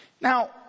Now